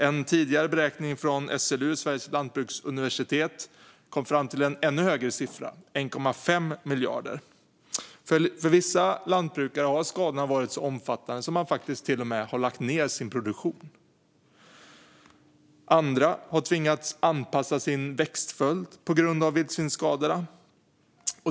En tidigare beräkning från SLU, Sveriges lantbruksuniversitet, kom fram till en ännu högre siffra: 1,5 miljarder. För vissa lantbrukare har skadorna varit så omfattande att man faktiskt lagt ned sin produktion. Andra har tvingats anpassa sin växtföljd på grund av vildsvinsskadorna.